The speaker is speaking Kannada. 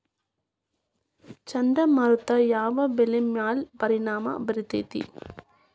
ಚಂಡಮಾರುತ ಯಾವ್ ಬೆಳಿ ಮ್ಯಾಲ್ ಪರಿಣಾಮ ಬಿರತೇತಿ?